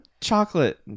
chocolate